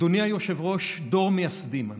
אדוני היושב-ראש, דור מייסדים אנחנו,